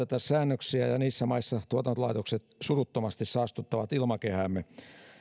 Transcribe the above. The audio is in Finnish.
ei noudateta säännöksiä ja niissä maissa tuotantolaitokset suruttomasti saastuttavat ilmakehäämme